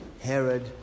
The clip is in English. Herod